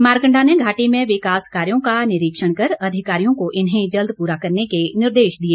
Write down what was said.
मारकण्डा ने घाटी में विकास कार्यों का निरीक्षण कर अधिकारियों को इन्हें जल्द पूरा करने के निर्देश दिए